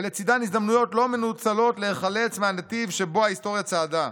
ולצידן הזדמנויות לא מנוצלות להיחלץ מהנתיב שבו ההיסטוריה צעדה.